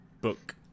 book